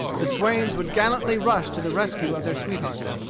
the swains would gallantly rush to the rescue of their sweethearts.